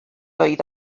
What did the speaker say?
oedd